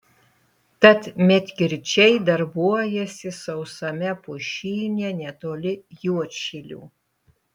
tad medkirčiai darbuojasi sausame pušyne netoli juodšilių